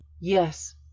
yes